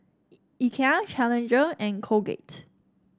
Ikea Challenger and Colgate